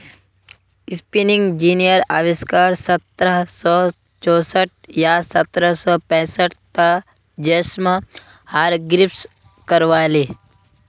spinning जेनीर अविष्कार सत्रह सौ चौसठ या सत्रह सौ पैंसठ त जेम्स हारग्रीव्स करायले